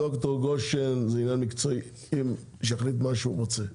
ד"ר גושן זה עניין מקצועי שיחליט מה שהוא רוצה,